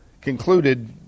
concluded